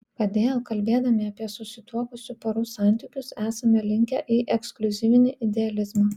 kodėl kalbėdami apie susituokusių porų santykius esame linkę į ekskliuzyvinį idealizmą